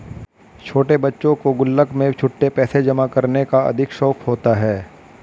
छोटे बच्चों को गुल्लक में छुट्टे पैसे जमा करने का अधिक शौक होता है